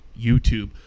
YouTube